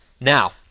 Now